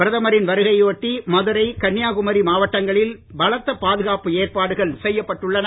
பிரதமரின் வருகையை ஒட்டி மதுரை கன்னியாகுமரி மாவட்டங்களில் பலத்த பாதுகாப்பு ஏற்பாடுகள் செய்யப்பட்டுள்ளன